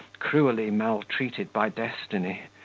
cruelly maltreated by destiny,